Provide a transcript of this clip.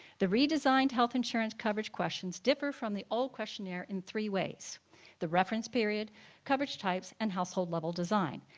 the redesigned health insurance coverage questions differ from the old questionnaire in three ways the reference period coverage types and household level design.